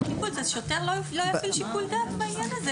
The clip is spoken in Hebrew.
שוטר לא יפעיל שיקול דעת בעניין הזה.